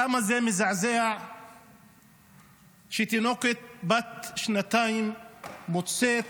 כמה זה מזעזע שתינוקת בת שנתיים מוצאת